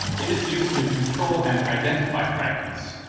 it is used to control and identify fragments.